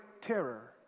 terror